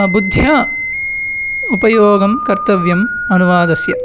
बुद्ध्या उपयोगं कर्तव्यम् अनुवादस्य